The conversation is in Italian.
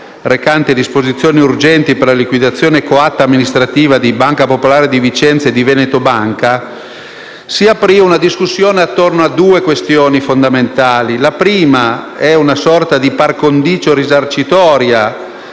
recante disposizioni urgenti per la liquidazione coatta amministrativa di Banca popolare di Vicenza SpA e di Veneto Banca, si aprì un dibattito attorno a due questioni fondamentali: il primo riguardava una sorta di *par condicio* risarcitoria